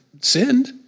sinned